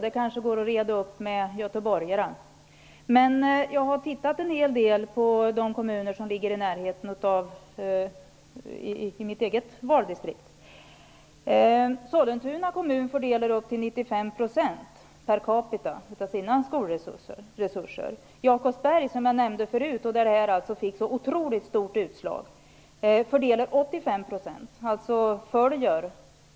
Det kanske går att reda ut det med göteborgarna. Jag har tittat en hel del på de kommuner som ligger i närheten av mitt valdistrikt. Sollentuna kommun fördelar upp till 95 % per capita av sina skolresurser. Jakobsberg, som jag nämnde förut och där det här fick ett så otroligt stort utslag, fördelar 85 %.